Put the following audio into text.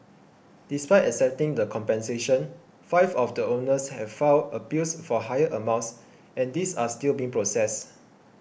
despite accepting the compensation five of the owners have filed appeals for higher amounts and these are still being processed